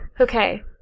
Okay